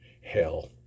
Hell